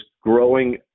growing